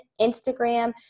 Instagram